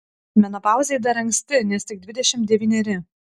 menopauzei dar anksti nes tik dvidešimt devyneri